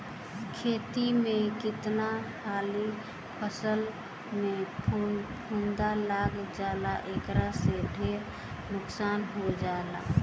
खेत में कतना हाली फसल में फफूंद लाग जाला एकरा से ढेरे नुकसान हो जाला